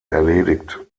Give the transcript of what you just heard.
erledigt